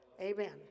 Amen